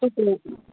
औ